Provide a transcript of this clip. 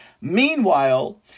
Meanwhile